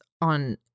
on